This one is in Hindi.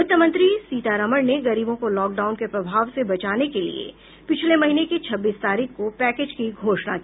वित्तमंत्री निर्मला सीतारामन ने गरीबों को लॉकडाउन के प्रभाव से बचाने के लिए पिछले महीने की छब्बीस तारीख को पैकेज की घोषणा की थी